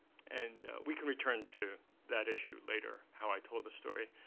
and we can return to that issue later, how i told the story,